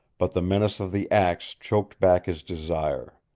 but the menace of the axe choked back his desire.